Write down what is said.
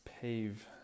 PAVE